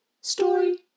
Story